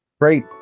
Great